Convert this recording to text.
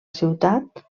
ciutat